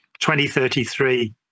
2033